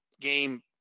game